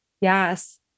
Yes